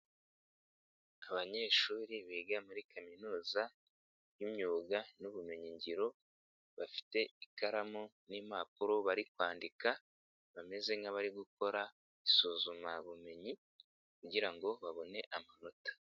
Abanyeshuri biga muri kaminuza y'imyuga n'ubumenyingiro bafite ikaramu n'impapuro bari kwandika bameze nk'abari gukora isuzumabumenyi kugira ngo babone amanota.